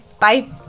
Bye